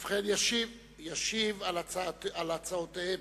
ובכן, ישיב על הצעתם